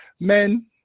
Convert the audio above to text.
men